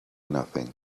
nothing